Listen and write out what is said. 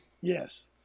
Yes